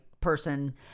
person